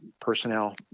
personnel